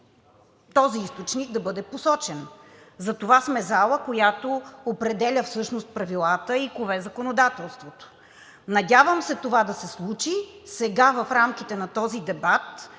този източник да бъде посочен. Затова сме зала, която определя всъщност правилата и кове законодателството. Надявам се това да се случи сега в рамките на този дебат.